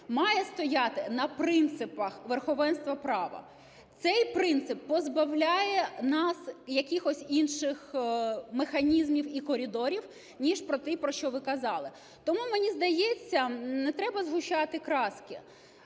має стояти на принципах верховенства права. Цей принцип позбавляє нас якихось інших механізмів і коридорів, ніж про ті, про що ви казали. Тому, мені здається, не треба згущати краски.